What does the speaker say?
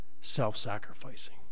Self-sacrificing